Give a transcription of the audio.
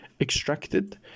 extracted